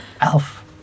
Elf